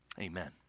Amen